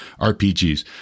RPGs